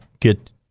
get